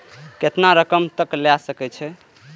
केतना रकम तक ले सके छै?